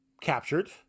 captured